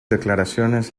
declaraciones